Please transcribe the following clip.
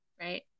right